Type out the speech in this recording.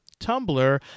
Tumblr